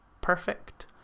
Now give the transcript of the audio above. perfect